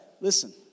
Listen